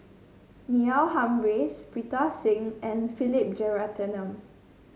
Neil Humphreys Pritam Singh and Philip Jeyaretnam